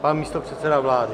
Pan místopředseda vlády.